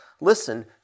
listen